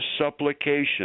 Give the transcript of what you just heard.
supplication